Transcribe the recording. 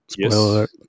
Spoiler